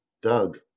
Doug